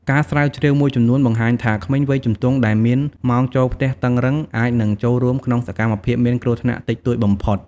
ការស្រាវជ្រាវមួយចំនួនបង្ហាញថាក្មេងវ័យជំទង់ដែលមានម៉ោងចូលផ្ទះតឹងរឹង អាចនឹងចូលរួមក្នុងសកម្មភាពមានគ្រោះថ្នាក់តិចតួចបំផុត។